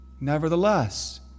Nevertheless